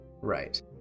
Right